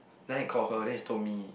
then I called her then she told me